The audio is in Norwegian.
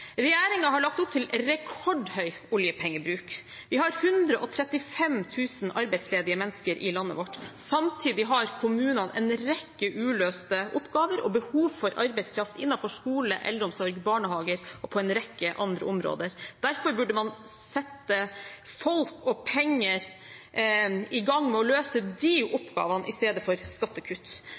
har lagt opp til rekordhøy oljepengebruk. Vi har 135 000 arbeidsledige mennesker i landet vårt, samtidig har kommunene en rekke uløste oppgaver og behov for arbeidskraft innenfor skole, eldreomsorg, barnehager og en rekke andre områder. Derfor burde man sette folk og penger i gang med å løse de oppgavene, i stedet for skattekutt.